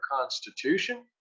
Constitution